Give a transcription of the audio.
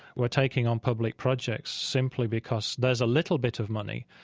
we're taking on public projects simply because there's a little bit of money,